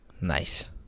Nice